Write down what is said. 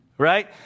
Right